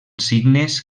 signes